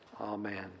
amen